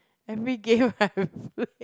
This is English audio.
every game I've played